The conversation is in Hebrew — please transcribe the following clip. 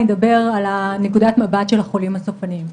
אני אדבר על נקודת המבט של החולים הסופניים.